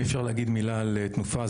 אם אפשר להגיד מילה על תנופה,